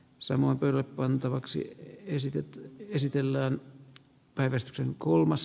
samoin pelle pantavaksi esitettä esitellään päivystyksen kolmas